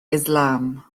islam